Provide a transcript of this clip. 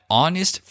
honest